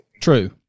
true